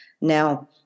Now